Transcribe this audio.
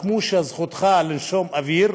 כמו שזכותך לנשום אוויר,